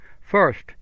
First